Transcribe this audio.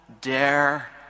dare